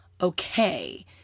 okay